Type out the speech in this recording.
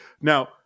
now